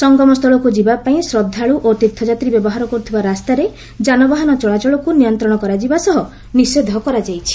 ସଙ୍ଗମସ୍ଥଳକୁ ଯିବା ପାଇଁ ଶ୍ରଦ୍ଧାଳୁ ଓ ତୀର୍ଥଯାତ୍ରୀ ବ୍ୟବହାର କରୁଥିବା ରାସ୍ତାରେ ଯାନବାହାନ ଚଳାଚଳକୁ ନିୟନ୍ତ୍ରଣ କରାଯିବା ସହ ନିଷେଧ କରାଯାଇଛି